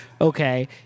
okay